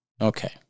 Okay